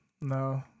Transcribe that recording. no